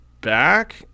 back